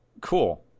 cool